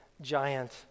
giant